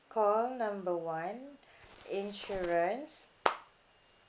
call number one insurance